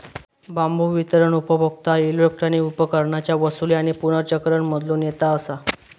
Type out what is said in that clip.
बांबू वितरण उपभोक्ता इलेक्ट्रॉनिक उपकरणांच्या वसूली आणि पुनर्चक्रण मधलो नेता असा